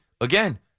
again